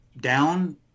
down